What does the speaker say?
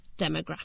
demographic